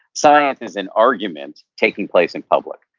science is an argument taking place in public,